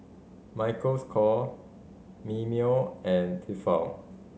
Michael's Kor Mimeo and Tefal